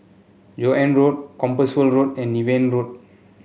Joan Road Compassvale Road and Niven Road